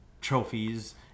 trophies